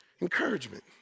encouragement